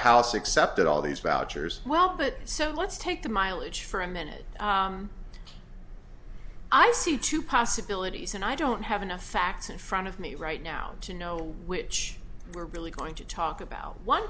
house accepted all these vouchers well but so let's take the mileage for a minute i see two possibilities and i don't have enough facts in front of me right now to know which we're really going to talk about one